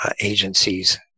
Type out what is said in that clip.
agencies